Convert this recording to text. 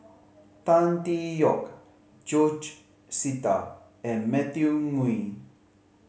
Tan Tee Yoke George Sita and Matthew Ngui